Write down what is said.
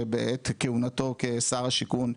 שבעת כהונתו כשר השיכון,